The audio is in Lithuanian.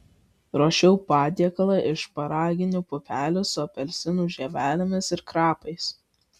ruošiau patiekalą iš šparaginių pupelių su apelsinų žievelėmis ir krapais